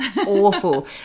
awful